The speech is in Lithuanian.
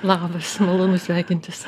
labas malonu sveikintis